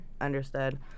Understood